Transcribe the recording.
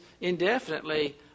indefinitely